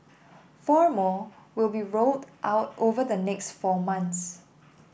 four more will be rolled out over the next four months